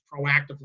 proactively